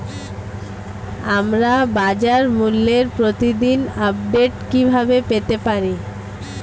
আমরা বাজারমূল্যের প্রতিদিন আপডেট কিভাবে পেতে পারি?